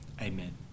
Amen